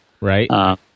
Right